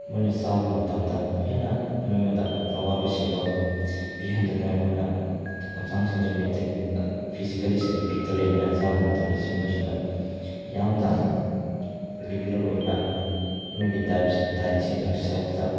ꯃꯣꯏꯅ ꯆꯥꯕ ꯃꯇꯝꯗ ꯍꯦꯟꯅ ꯃꯣꯏꯉꯣꯟꯗ ꯑꯋꯥꯁꯤꯡꯗꯣ ꯄꯤꯍꯟꯗꯅꯤꯉꯥꯏ ꯃꯣꯏꯅ ꯍꯛꯆꯥꯡꯁꯤꯡꯁꯦ ꯐꯤꯖꯤꯀꯦꯜꯂꯤꯁꯤꯡꯁꯦ ꯐꯤꯠꯇ ꯂꯩꯅꯉꯥꯏ ꯆꯥꯕ ꯃꯇꯝꯗ ꯁꯤ ꯃꯣꯏꯁꯤꯡꯅ ꯌꯥꯝꯅ ꯔꯤꯒꯨꯂꯔ ꯑꯣꯏꯅ ꯃꯣꯏꯒꯤ ꯗꯥꯏꯠꯁꯤꯡꯁꯨ ꯁꯦꯜꯐꯇ